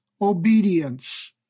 obedience